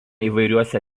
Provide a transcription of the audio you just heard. įvairiuose